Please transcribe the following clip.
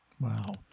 Wow